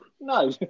No